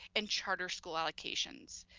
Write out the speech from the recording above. and charter school allocations.